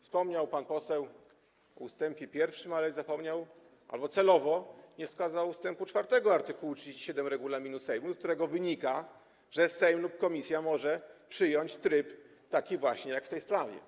Wspomniał pan poseł o ust. 1, ale zapomniał albo celowo nie wskazał ust. 4 art. 37 regulaminu Sejmu, z którego wynika, że Sejm lub komisja może przyjąć taki właśnie tryb jak w tej sprawie.